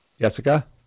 Jessica